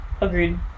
Agreed